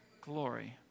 Glory